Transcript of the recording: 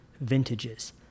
vintages